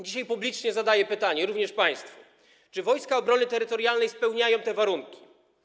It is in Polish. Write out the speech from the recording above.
Dzisiaj publicznie zadaję pytanie, również państwu: Czy Wojska Obrony Terytorialnej spełniają te warunki?